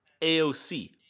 AOC